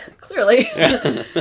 Clearly